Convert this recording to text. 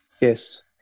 Yes